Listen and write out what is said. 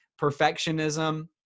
perfectionism